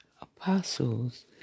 apostles